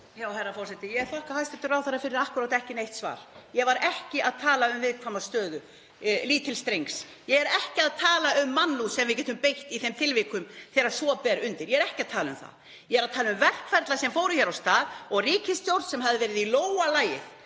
þakka hæstv. ráðherra fyrir akkúrat ekki neitt svar. Ég var ekki að tala um viðkvæma stöðu lítils drengs. Ég er ekki að tala um mannúð sem við getum beitt í þeim tilvikum þegar svo ber undir. Ég er ekki að tala um það, ég er að tala um verkferla sem fóru hér af stað og ríkisstjórn sem hefði verið í lófa lagið